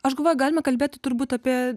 aš galvoju galima kalbėti turbūt apie